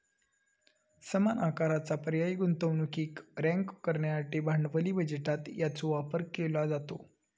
समान आकाराचा पर्यायी गुंतवणुकीक रँक करण्यासाठी भांडवली बजेटात याचो वापर केलो जाता